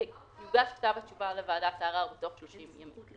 יוגש כתב התשובה לוועדת הערר בתוך 30 ימים,